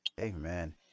Amen